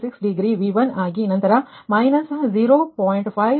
6 degree V 1 ಆಗಿ ನಂತರ minus 0